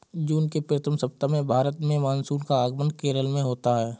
जून के प्रथम सप्ताह में भारत में मानसून का आगमन केरल में होता है